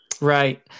Right